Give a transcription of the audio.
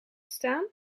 staan